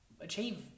achieve